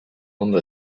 ondo